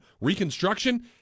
reconstruction